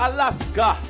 Alaska